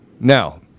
Now